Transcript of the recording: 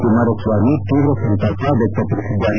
ಕುಮಾರಸ್ವಾಮಿ ತೀವ್ರ ಸಂತಾಪ ವ್ಯಕ್ತಪಡಿಸಿದ್ದಾರೆ